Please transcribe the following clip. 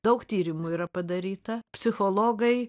daug tyrimų yra padaryta psichologai